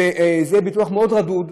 וזה יהיה ביטוח מאוד רדוד,